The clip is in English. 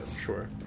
sure